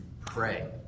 pray